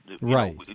Right